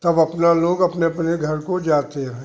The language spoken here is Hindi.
तब अपना लोग अपने अपने घर को जाते हैं